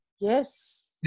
Yes